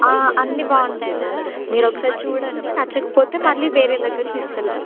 అన్నీ బాగుంటాయి మ్యామ్ మీరు ఒకసారి చూడండి నచ్చకపోతే మళ్ళీ వేరే దగ్గర తీసుకు వెళ్తాం